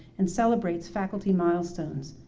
and celebrates faculty milestones.